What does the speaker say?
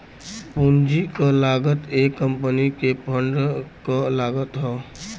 पूंजी क लागत एक कंपनी के फंड क लागत हौ